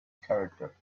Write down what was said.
character